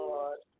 Lord